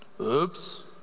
oops